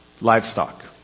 Livestock